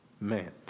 Man